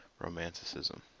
romanticism